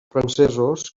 francesos